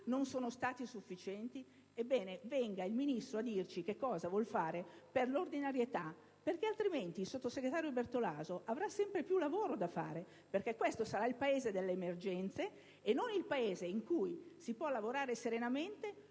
non sono stati sufficienti? Ebbene, venga il Ministro a dirci che cosa vuol fare per l'ordinarietà, altrimenti il sottosegretario Bertolaso avrà sempre più lavoro da fare perché questo sarà il Paese delle emergenze e non il Paese in cui si può lavorare serenamente.